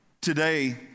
today